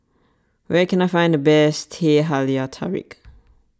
where can I find the best Teh Halia Tarik